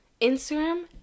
Instagram